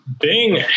Bing